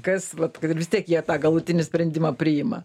kas vat kad ir vis tiek jie tą galutinį sprendimą priima